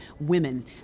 women